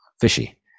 fishy